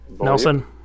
Nelson